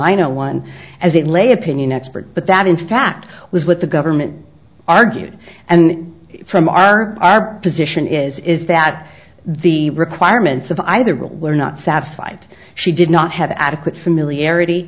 nye no one as it lay opinion expert but that in fact was what the government argued and from our position is that the requirements of either rule were not satisfied she did not have adequate familiarity